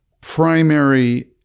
primary